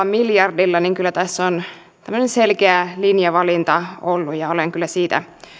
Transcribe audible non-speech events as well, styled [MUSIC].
[UNINTELLIGIBLE] miljardilla eli kyllä tässä on tämmöinen selkeä linjavalinta ollut ja olen kyllä siitä